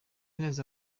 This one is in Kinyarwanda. neza